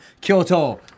Kyoto